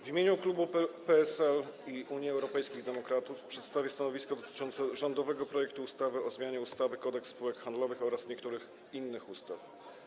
W imieniu klubu PSL - Unii Europejskich Demokratów przedstawię stanowisko dotyczące rządowego projektu ustawy o zmianie ustawy Kodeks spółek handlowych oraz niektórych innych ustaw.